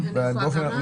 אני יכולה לומר?